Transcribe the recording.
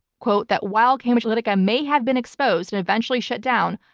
quote, that while cambridge analytica may have been exposed and eventually shut down,